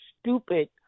stupid